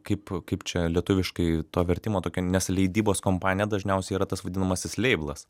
kaip kaip čia lietuviškai to vertimo tokio nes leidybos kompanija dažniausiai yra tas vadinamasis leiblas